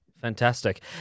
Fantastic